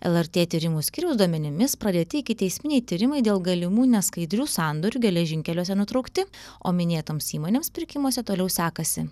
lrt tyrimų skyriaus duomenimis pradėti ikiteisminiai tyrimai dėl galimų neskaidrių sandorių geležinkeliuose nutraukti o minėtoms įmonėms pirkimuose toliau sekasi